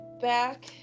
back